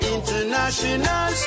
International